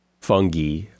fungi